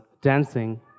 dancing